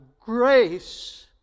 grace